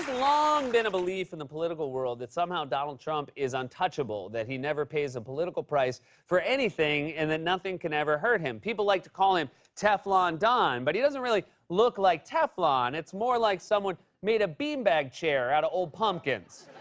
long been a belief in the political world that somehow donald trump is untouchable, that he never pays a and political price for anything, and that nothing can ever hurt him. people like to call him teflon don. but he doesn't look like teflon. it's more like someone made a beanbag chair out of old pumpkins.